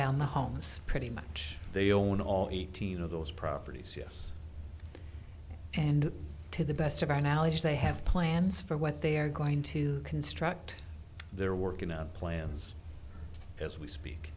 down the homeless pretty much they own all eighteen of those properties yes and to the best of our knowledge they have plans for what they are going to construct they're working out plans as we speak